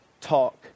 talk